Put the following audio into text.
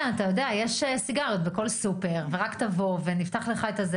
יש סיגריות בכל סופר, רק תבוא ותבחר.